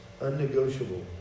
unnegotiable